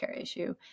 issue